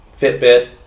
Fitbit